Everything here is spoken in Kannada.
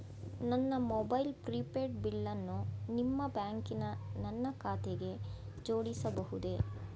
ನನ್ನ ಮೊಬೈಲ್ ಪ್ರಿಪೇಡ್ ಬಿಲ್ಲನ್ನು ನಿಮ್ಮ ಬ್ಯಾಂಕಿನ ನನ್ನ ಖಾತೆಗೆ ಜೋಡಿಸಬಹುದೇ?